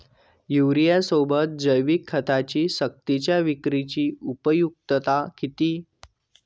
युरियासोबत जैविक खतांची सक्तीच्या विक्रीची उपयुक्तता किती?